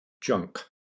junk